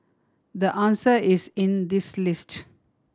the answer is in this list